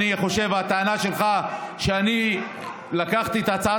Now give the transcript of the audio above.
אני חושב שהטענה שלך שאני לקחתי את הצעת